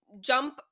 jump